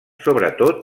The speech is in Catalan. sobretot